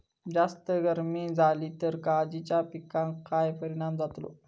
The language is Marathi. जास्त गर्मी जाली तर काजीच्या पीकार काय परिणाम जतालो?